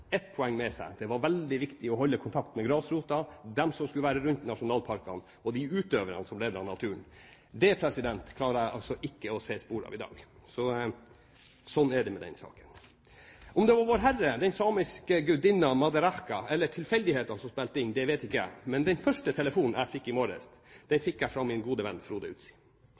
ett poeng med seg: Det var veldig viktig å holde kontakt med grasrota, dem som skulle være rundt nasjonalparkene, og de utøverne som lever av naturen. Det klarer jeg altså ikke å se spor av i dag. Sånn er det med den saken. Om det var Vårherre, den samiske gudinnen Maderáhkká eller tilfeldighetene som spilte inn, vet jeg ikke. Men den første telefonen jeg fikk i morges, fikk jeg fra min gode venn